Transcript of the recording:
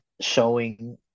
showing